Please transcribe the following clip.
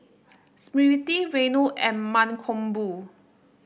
Smriti Renu and Mankombu